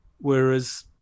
whereas